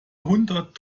hundert